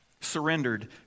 surrendered